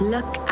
Look